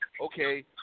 Okay